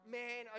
man